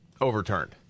overturned